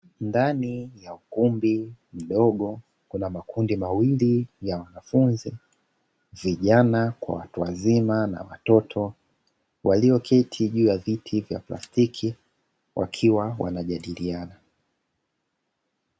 Ndani ya ukumbi mdogo kuna makundi mawili ya wanafunzi, vijana kwa watu wazima na watoto; walioketi juu ya viti vya plastiki wakiwa wanajadiliana.